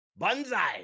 bonsai